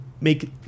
make